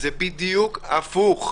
זה בדיוק הפוך.